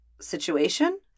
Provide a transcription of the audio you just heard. situation